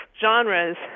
genres